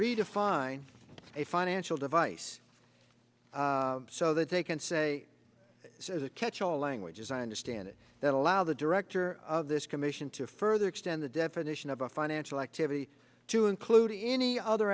redefine a financial device so that they can say this is a catch all languages i understand it that allow the director of this commission to further extend the definition of a financial activity to include any other